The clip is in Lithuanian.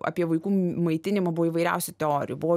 apie vaikų maitinimą buvo įvairiausių teorijų buvo